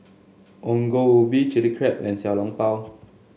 Ongol Ubi Chilli Crab and Xiao Long Bao